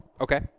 Okay